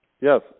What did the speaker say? Yes